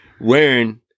wearing